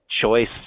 choice